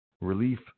relief